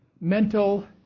mental